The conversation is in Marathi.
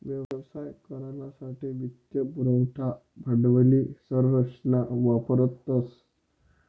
व्यवसाय करानासाठे वित्त पुरवठा भांडवली संरचना वापरतस